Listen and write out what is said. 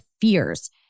fears